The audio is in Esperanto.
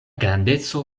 grandeco